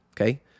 okay